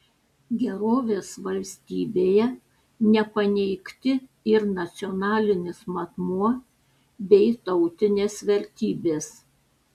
gerovės valstybėje nepaneigti ir nacionalinis matmuo bei tautinės vertybės